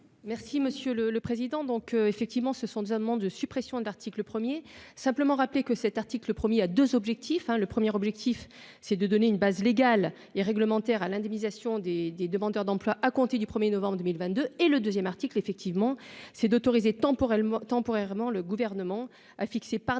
Merci monsieur le le président donc, effectivement, ce sont des Allemands de suppression de l'article premier simplement rappeler que cet article 1er a 2 objectifs : le 1er objectif c'est de donner une base légale et réglementaire à l'indemnisation des demandeurs d'emploi à compter du 1er novembre 2000 22 et le 2ème article effectivement ses d'autoriser temporairement temporairement, le gouvernement a fixé par décret,